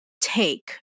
take